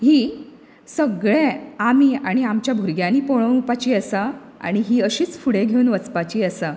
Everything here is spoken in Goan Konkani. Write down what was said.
ही सगळें आमी आनी आमचें भुरग्यांनी पळोवपाची आसा आनी ही अशीच फुडें घेवन वचपाची आसा